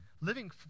Living